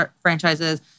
franchises